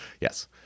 Yes